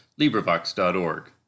LibriVox.org